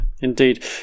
indeed